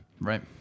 Right